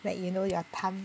like you know your thumb